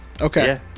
Okay